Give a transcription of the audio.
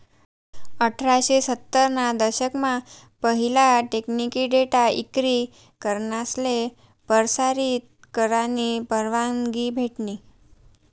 अठराशे सत्तर ना दशक मा पहिला टेकनिकी डेटा इक्री करनासले परसारीत करानी परवानगी भेटनी